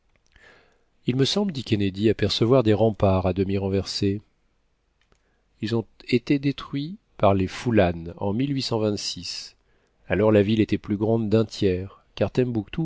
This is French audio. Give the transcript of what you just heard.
il me semble dit kennedy apercevoir des remparts à demi renversés ils ont été détruits par les foullannes en alors la ville était plus grande d'un tiers car